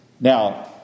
Now